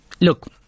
Look